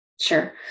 Sure